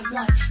one